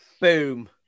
Boom